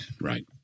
Right